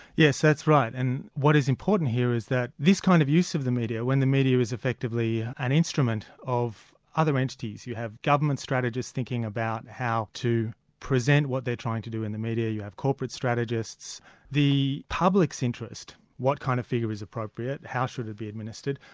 yes, that's right, and what is important here is that this kind of use of the media, when the media is effectively an instrument of other entities, you have government strategists thinking about how to present what they're trying to do in the media, you have corporate strategists the public's interest, what kind of figure is appropriate, how should it be administered,